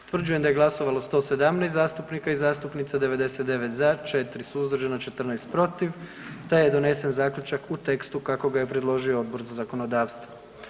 Utvrđujem da je glasovalo 117 zastupnika i zastupnica, 99 za, 4 suzdržana i 14 protiv, te je donesen zaključak u tekstu kako ga je predložio Odbor za zakonodavstvo.